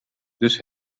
dus